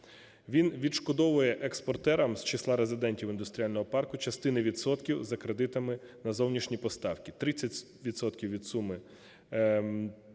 він відшкодовує експортерам з числа резидентів індустріального парку частину відсотків за кредитами на зовнішні поставки (30 відсотків